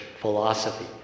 philosophy